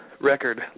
record